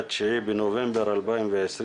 9 בנובמבר 2020,